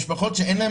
מציע,